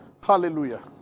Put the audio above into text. Hallelujah